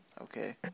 Okay